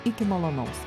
iki malonaus